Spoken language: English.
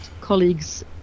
colleagues